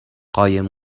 قایم